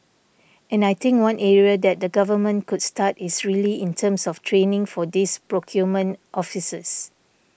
and I think one area that the Government could start is really in terms of training for these procurement officers